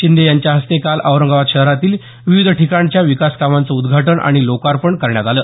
शिंदे यांच्या हस्ते काल औरंगाबाद शहरातील विविध ठिकाणच्या विकासकामांचं उद्घाटन आणि लोकार्पण करण्यात आलं